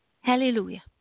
Hallelujah